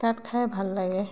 তাত খাই ভাল লাগে